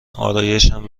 آرایشم